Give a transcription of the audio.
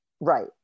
Right